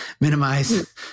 minimize